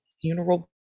funeral